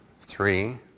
three